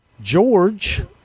George